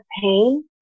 pain